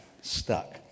stuck